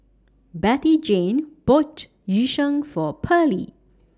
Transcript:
Bettyjane bought Yu Sheng For Pearly